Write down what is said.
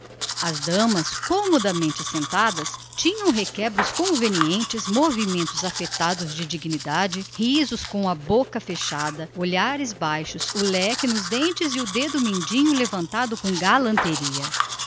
as damas comodamente assentadas tinham requebros de etiqueta gestos cheios de conveniência risos com a boca fechada olhares por debaixo das pálpebras o leque nos lábios e o dedo mínimo levantado com galanteria